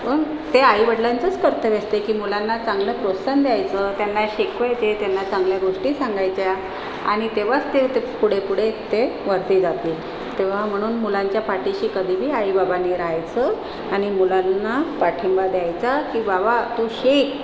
मग ते आई वडिलांचंच कर्तव्य असते की मुलांना चांगलं प्रोत्साहन द्यायचं त्यांना शिकवायचे त्यांना चांगल्या गोष्टी सांगायच्या आणि तेव्हाच ते ते पुढे पुढे ते वरती जातील तेव्हा म्हणून मुलांच्या पाठीशी कधी बी आई बाबांनी राहायचं आणि मुलांना पाठिंबा द्यायचा की बाबा तू शिक